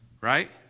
right